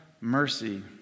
mercy